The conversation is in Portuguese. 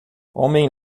homem